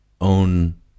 own